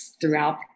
throughout